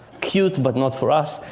cute, but not for us.